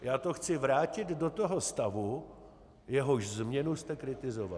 Já to chci vrátit do toho stavu, jehož změnu jste kritizovali.